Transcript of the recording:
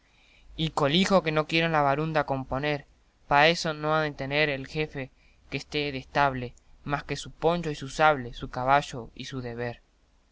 y colijo que no quieren la barunda componer para eso no ha de tener el jefe que esté de estable más que su poncho y su sable su caballo y su deber